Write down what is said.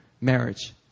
marriage